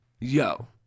Yo